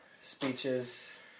speeches